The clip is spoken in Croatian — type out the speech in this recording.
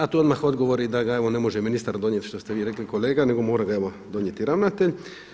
A to je odmah odgovor da ga ne može ministar donijeti što ste vi rekli kolega nego mora ga donijeti ravnatelj.